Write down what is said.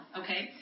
okay